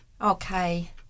okay